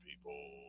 people